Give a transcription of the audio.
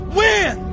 win